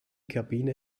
kabine